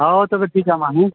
ᱦᱳᱭ ᱛᱚᱵᱮ ᱴᱷᱤᱠ ᱜᱮᱭᱟ ᱢᱟ ᱦᱮᱸ